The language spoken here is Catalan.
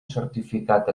certificat